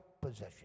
possession